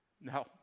No